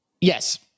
Yes